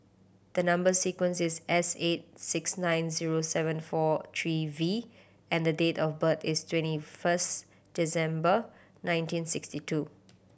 the number sequence is S eight six nine zero seven four three V and the date of birth is twenty first December nineteen sixty two